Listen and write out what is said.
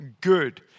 good